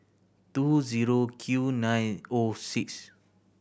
two zero Q nine O six